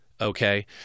okay